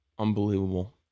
Unbelievable